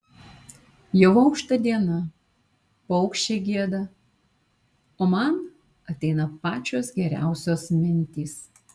jau aušta diena paukščiai gieda o man ateina pačios geriausios mintys